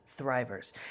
thrivers